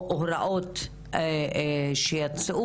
או הוראות שיצאו.